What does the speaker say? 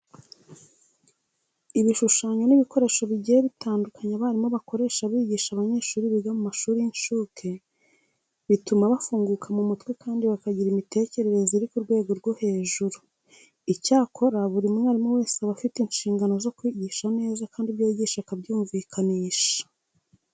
Ibishushanyo n'ibikinisho bigiye bitandukanye abarimu bakoresha bigisha abanyeshuri biga mu mashuri y'incuke, bituma bafunguka mu mutwe kandi bakagira imitekerereze iri ku rwego rwo hejuru. Icyakora buri mwarimu wese aba afite inshingano zo kwigisha neza kandi ibyo yigisha akabyumvikanisha.